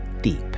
deep